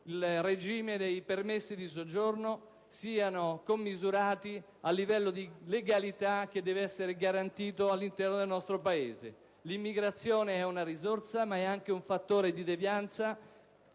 il regime dei permessi di soggiorno siano commisurati al livello di legalità che deve essere garantito all'interno del nostro Paese. L'immigrazione è una risorsa, ma è anche un fattore di devianza.